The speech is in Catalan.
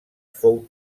fou